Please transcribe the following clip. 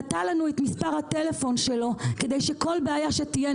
נתן לנו את מספר הטלפון שלו כדי שכל בעיה שתהיה,